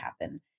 happen